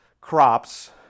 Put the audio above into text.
crops